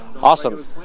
awesome